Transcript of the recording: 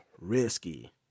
risky